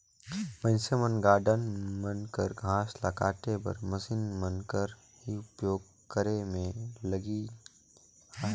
मइनसे मन गारडन मन कर घांस ल काटे बर मसीन मन कर ही उपियोग करे में लगिल अहें